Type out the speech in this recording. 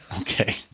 Okay